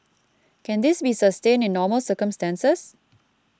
can this be sustained in normal circumstances